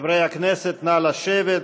חברי הכנסת, נא לשבת.